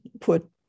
put